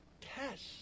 test